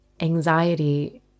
anxiety